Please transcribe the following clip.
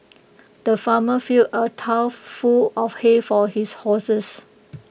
the farmer filled A trough full of hay for his horses